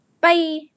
bye